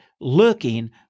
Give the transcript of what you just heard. looking